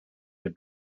your